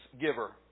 giver